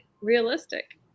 realistic